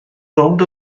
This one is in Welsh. rownd